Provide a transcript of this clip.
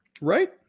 Right